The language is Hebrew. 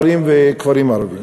ערים וכפרים ערביים.